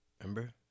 Remember